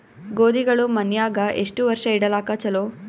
ಗೋಧಿಗಳು ಮನ್ಯಾಗ ಎಷ್ಟು ವರ್ಷ ಇಡಲಾಕ ಚಲೋ?